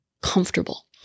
comfortable